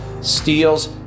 steals